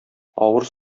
авыр